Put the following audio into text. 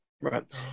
Right